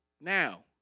now